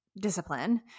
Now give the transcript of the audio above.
discipline